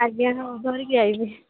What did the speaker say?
ଆଜ୍ଞା ହଁ ବୁଲିକି ଆଇବି